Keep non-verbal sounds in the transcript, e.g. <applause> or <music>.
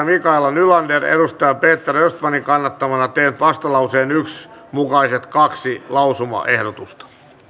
<unintelligible> mikaela nylander on peter östmanin kannattamana tehnyt vastalauseen yksi mukaiset kaksi lausumaehdotusta